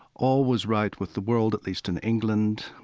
all was right with the world, at least in england.